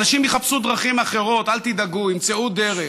אנשים יחפשו דרכים אחרות, אל תדאגו, ימצאו דרך.